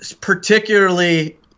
particularly